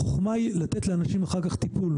החוכמה היא לתת לאנשים אחר כך טיפול,